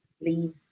leave